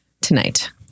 tonight